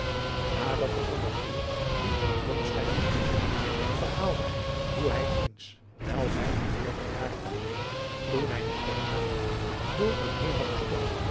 nadat de kommandeur die aan blommesteyn gewezen had verhaalde hij hoe hij eens wel vijf-en-veertig jaren geleden toen hij nog ten haring voer door een hevigen storm